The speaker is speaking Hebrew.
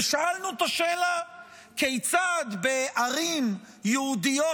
ושאלנו את השאלה כיצד בערים יהודיות